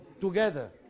together